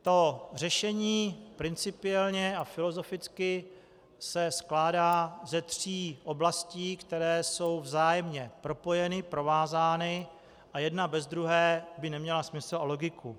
To řešení principiálně a filozoficky se skládá ze tří oblastí, které jsou vzájemně propojeny, provázány a jedna bez druhé by neměla smysl a logiku.